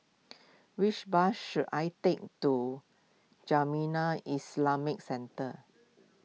which bus should I take to Jamiyah Islamic Centre